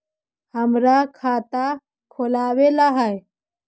हमरा खाता खोलाबे ला है?